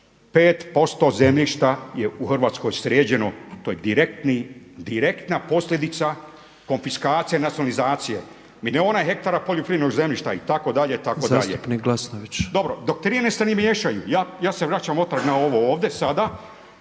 5% zemljišta je u Hrvatskoj sređeno. To je direktna posljedica konfiskacije, nacionalizacije milijuna poljoprivrednog zemljišta itd. itd. …/Upadica predsjednik: Zastupnik Glasnović?/… Doktrine se ne miješaju. Ja se vraćam natrag na ovo ovdje sada.